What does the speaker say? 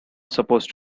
supposed